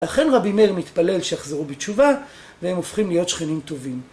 ולכן רבי מאיר מתפלל שיחזרו בתשובה, והם הופכים להיות שכנים טובים.